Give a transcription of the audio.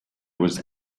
was